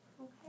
Okay